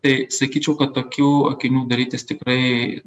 tai sakyčiau kad tokių akinių darytis tikrai